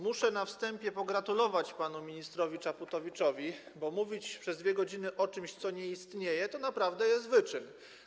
Muszę na wstępie pogratulować panu ministrowi Czaputowiczowi, bo mówić przez 2 godziny o czymś, co nie istnieje, to naprawdę jest wyczyn.